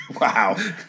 Wow